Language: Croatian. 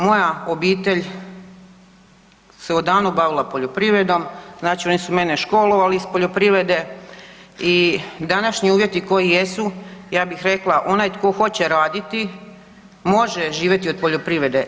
Moja obitelj se odavno bavila poljoprivredom, znači oni su mene školovali iz poljoprivrede i današnji uvjeti koji jesu ja bih rekla onaj tko hoće raditi može živjeti od poljoprivrede.